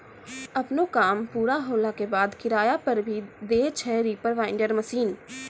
आपनो काम पूरा होला के बाद, किराया पर भी दै छै रीपर बाइंडर मशीन